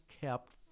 kept